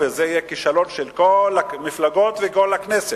וזה יהיה כישלון של כל המפלגות וכל הכנסת.